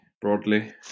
broadly